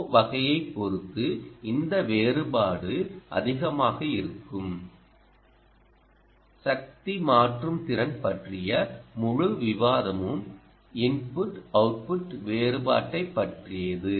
ஓ வகையைப் பொறுத்து இந்த வேறுபாடு அதிகமாக இருக்கும் சக்தி மாற்றும் திறன் பற்றிய முழு விவாதமும் இன்புட் அவுட்புட் வேறுபாட்டைப் பற்றியது